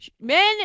men